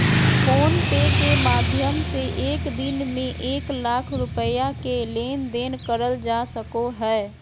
phone पे के माध्यम से एक दिन में एक लाख रुपया के लेन देन करल जा सको हय